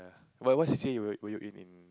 well what c_c_a were were you in in